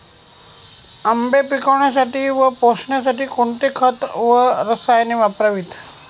आंबे पिकवण्यासाठी व पोसण्यासाठी कोणते खत व रसायने वापरावीत?